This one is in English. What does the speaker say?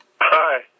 Hi